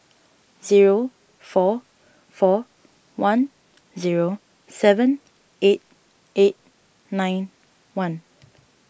zero four four one zero seven eight eight nine one